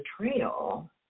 betrayal